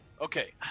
Okay